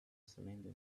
cylinder